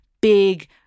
big